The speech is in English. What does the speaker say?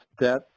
debt